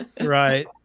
Right